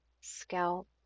scalp